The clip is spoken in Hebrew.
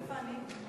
ואיפה אני?